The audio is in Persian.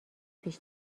پیش